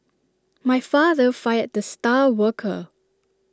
my father fired the star worker